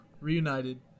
reunited